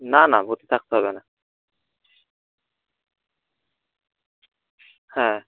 না না ভর্তি থাকতে হবে না হ্যাঁ